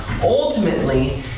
Ultimately